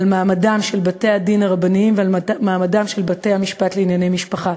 והן על מעמדם של בתי-הדין הרבניים ושל בתי-המשפט לענייני משפחה.